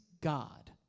God